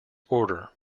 order